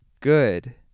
Good